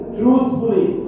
truthfully